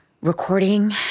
recording